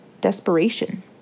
desperation